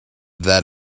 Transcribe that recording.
that